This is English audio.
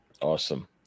Awesome